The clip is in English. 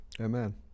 Amen